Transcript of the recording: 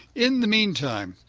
in the meantime,